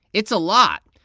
it's a lot.